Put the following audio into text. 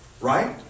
right